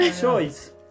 choice